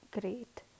great